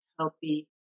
healthy